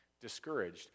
discouraged